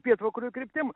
pietvakarių kryptim